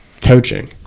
coaching